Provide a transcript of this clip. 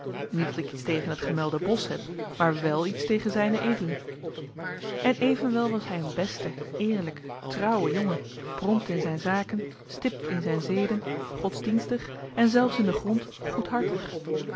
niet dat ik iets tegen het gemelde bosch heb maar wel iets tegen zed en evenwel was hij een beste eerlijke trouwe jongen prompt in zijn zaken stipt in zijn zeden godsdienstig en zelfs in den grond